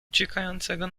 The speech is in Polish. uciekającego